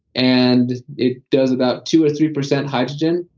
and it does about two or three percent hydrogen,